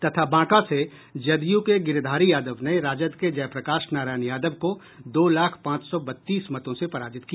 तथा बांका से जदयू के गिरिधारी यादव ने राजद के जयप्रकाश नारायण यादव को दो लाख पांच सौ बत्तीस मतों से पराजित किया